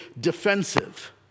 defensive